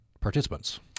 participants